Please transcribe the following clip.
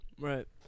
Right